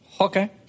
Okay